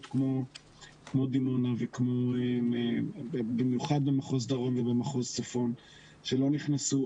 כמו דימונה ובמיוחד במחוז דרום ובמחוז צפון שלא נכנסו,